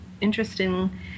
Interesting